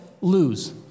lose